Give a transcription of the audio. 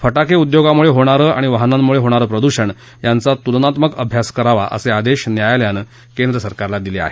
फाक्के उद्योगामुळे होणारं आणि वाहनांमुळे होणारं प्रदूषण यांचा तुलनात्मक अभ्यास करावा असे आदेश न्यायालयानं केंद्र सरकारला दिले आहेत